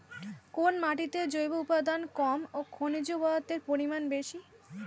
কোন মাটিতে জৈব উপাদান কম ও খনিজ পদার্থের পরিমাণ বেশি?